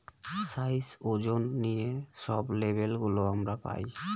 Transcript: size, ওজন নিয়ে সব লেবেল গুলো আমরা পায়